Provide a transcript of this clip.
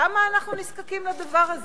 למה אנחנו נזקקים לדבר הזה?